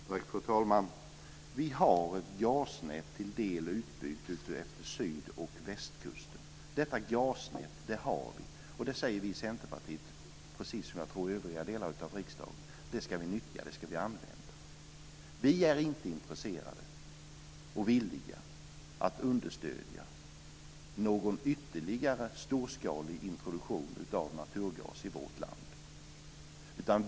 Fru talman! Vi har delar av ett gasnät utbyggt utefter syd och västkusten. Vi har detta gasnät. Det tycker vi i Centerpartiet att vi ska använda. Det tror jag att övriga delar av riksdagen också vill. Vi är inte intresserade av eller villiga att understödja någon ytterligare storskalig introduktion av naturgas i vårt land.